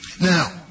Now